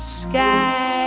sky